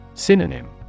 Synonym